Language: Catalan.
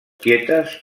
quietes